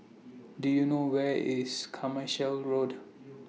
Do YOU know Where IS Carmichael Road